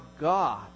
God